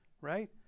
right